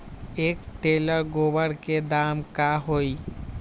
एक टेलर गोबर के दाम का होई?